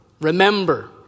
Remember